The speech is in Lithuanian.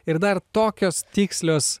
ir dar tokios tikslios